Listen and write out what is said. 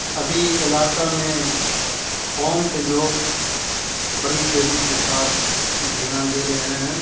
ابھی علاقہ میں فوم پہ لوگ بڑی تیزی کے ساتھ دھیان دے رہے ہیں